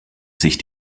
sich